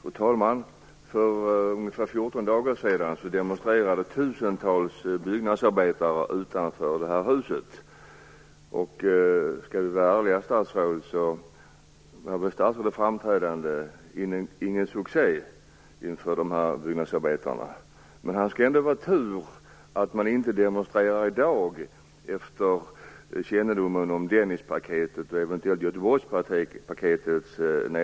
Fru talman! För ungefär 14 dagar sedan demonstrerade tusentals byggnadsarbetare utanför det här huset. Om vi skall vara ärliga, så var väl statsrådets framträdande inför dessa byggnadsarbetare ingen succé. Men det är ändå tur för honom att de inte demonstrerar i dag, efter kännedom om nedskärningarna i Dennispaketet och eventuellt i Göteborgspaketet.